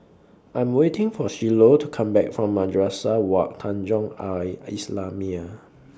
I'm waiting For Shiloh to Come Back from Madrasah Wak Tanjong Al Islamiah